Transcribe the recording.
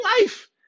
life